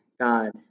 God